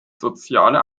soziale